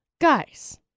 guys